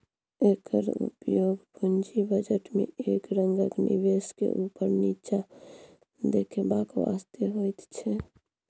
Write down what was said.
एकर उपयोग पूंजी बजट में एक रंगक निवेश के ऊपर नीचा देखेबाक वास्ते होइत छै